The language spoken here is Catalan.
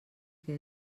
què